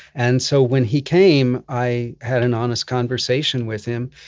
and so when he came i had an honest conversation with him.